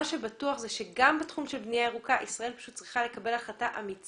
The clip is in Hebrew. מה שבטוח זה שגם בתחום של בנייה ירוקה ישראל צריכה לקבל החלטה אמיצה.